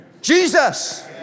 Jesus